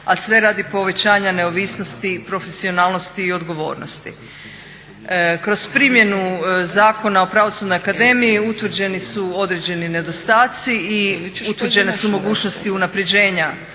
a sve radi povećanja neovisnosti profesionalnosti i odgovornosti. Kroz primjenu Zakona o Pravosudnoj akademiji utvrđeni su određeni nedostaci i utvrđene su mogućnosti unapređenja